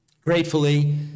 gratefully